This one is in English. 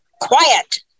quiet